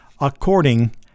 according